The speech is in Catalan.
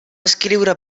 escriure